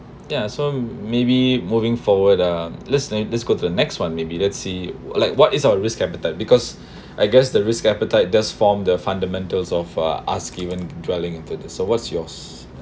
ya so maybe moving forward uh listening let's go to the next one maybe let's see like what is your risk appetite because I guess the risk appetite does form the fundamentals of uh ask even dwelling into the so what's yours